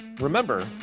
remember